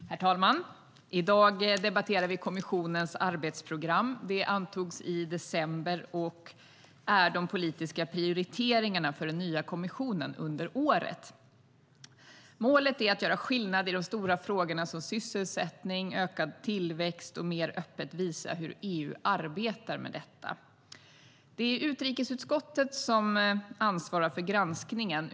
Herr talman! I dag debatterar vi kommissionens arbetsprogram. Det antogs i december och är de politiska prioriteringarna för den nya kommissionen under året. Målet är att göra skillnad i de stora frågorna som sysselsättning och ökad tillväxt och att mer öppet visa hur EU arbetar med detta. Det är utrikesutskottet som ansvarar för granskningen.